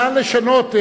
נא לשנות,